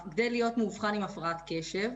כדי להיות מאובחן עם הפרעת קשב,